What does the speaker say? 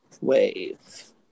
wave